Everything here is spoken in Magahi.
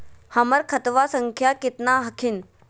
हमर खतवा संख्या केतना हखिन?